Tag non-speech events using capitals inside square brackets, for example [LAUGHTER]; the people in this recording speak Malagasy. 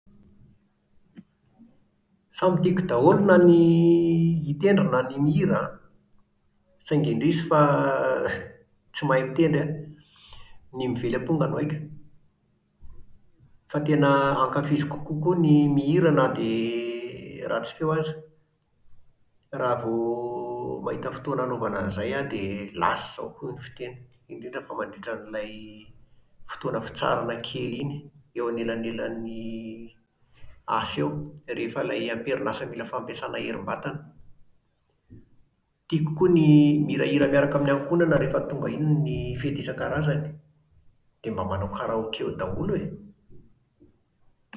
Samy tiako daholo na ny [HESITATION] mitendry na ny mihira an. Saingy indrisy fa [HESITATION] [LAUGHS] tsy mahay mitendry aho. Ny mively amponga no haiko. Fa tena [HESITATION] ankafiziko kokoa ny mihira na dia [HESITATION] ratsy feo aza. Raha vao [HESITATION] mahita fotoana anaovana an'izay aho dia [HESITATION] lasa izao, hoy ny fiteny. Indrindra fa mandritra an'ilay [HESITATION] fotoana fitsaharana kely iny. Eo anelanelan'ny [HESITATION] asa eo, rehefa ilay amperinasa mila fampiasana herim-batana. Tiako koa ny [HESITATION] mihirahira miaraka amin'ny ankohonana rehefa tonga iny ny fety isankarazany. Dia mba manao karaoké eo daholo e!